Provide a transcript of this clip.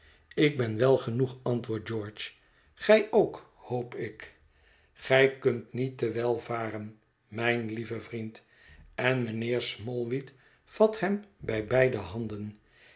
ik ben wel genoeg antwoordt george gij ook hoop ik gij kunt niet te wel varen mijn lieve vriend en mijnheer smallweed vat hem bij beide handen